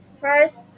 first